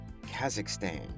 Kazakhstan